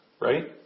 right